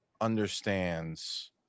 understands